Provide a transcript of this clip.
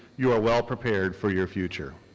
you are well prepared for your future.